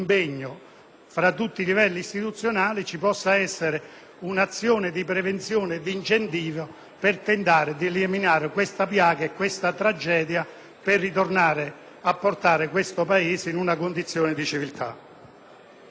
fra tutti i livelli istituzionali si possa realizzare un'azione di prevenzione e di incentivo per tentare di eliminare questa piaga e questa tragedia, per riportare questo Paese in una condizione di civiltà.